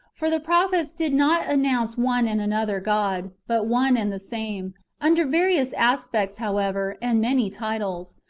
for the prophets did not announce one and another god, but one and the same under various aspects, however, and many titles.